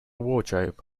wardrobe